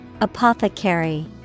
Apothecary